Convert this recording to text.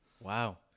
Wow